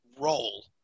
roll